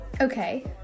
Okay